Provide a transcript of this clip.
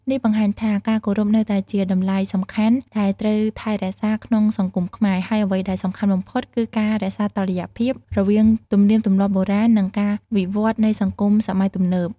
នេះបង្ហាញថា ការគោរពនៅតែជាតម្លៃសំខាន់ ដែលត្រូវថែរក្សាក្នុងសង្គមខ្មែរ ហើយអ្វីដែលសំខាន់បំផុត គឺការ រក្សាតុល្យភាព រវាងទំនៀមទម្លាប់បុរាណ និងការវិវឌ្ឍន៍នៃសង្គមសម័យទំនើប។